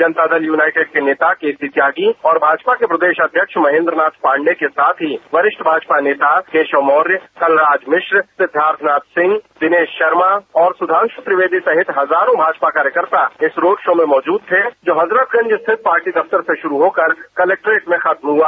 जनता Dal United के नेता KC Tyagi और भाजपा के प्रदेश अध्यक्ष महेन्द्र नाथ पांडेय के साथ ही वरिष्ठ भाजपा नेता कराव मौर्य कलराज मिश्र सिद्वार्थनाथ सिंह दिनेश शर्मा और सुधांश त्रिवेदी सहित हजारों भाजपा कार्यकर्ता इस रोड शो में मौजूद थे जो हजरतगंज स्थित पार्टी दफ्तर से शुरू होकर कलेक्ट्रेट में खत्म हुआ